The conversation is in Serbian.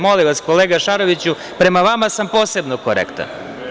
Molim vas, kolega Šaroviću, prema vama sam posebno korektan.